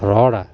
ᱨᱚᱲᱟ